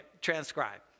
transcribe